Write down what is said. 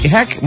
Heck